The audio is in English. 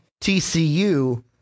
TCU